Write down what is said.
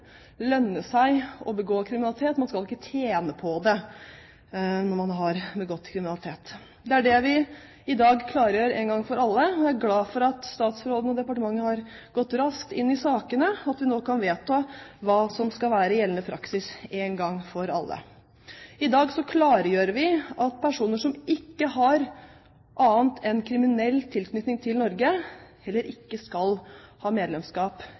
tjene på at man har begått kriminalitet. Det er det vi i dag klargjør en gang for alle. Jeg er glad for at statsråden og departementet har gått raskt inn i sakene, og at vi nå kan vedta hva som skal være gjeldende praksis en gang for alle. I dag klargjør vi at personer som ikke har annet enn kriminell tilknytning til Norge, heller ikke skal ha medlemskap